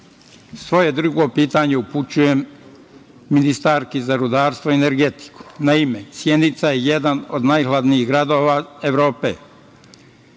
drugo pitanje upućujem ministarki za rudarstvo i energetiku. Naime, Sjenica je jedan od najhladnijih gradova Evrope.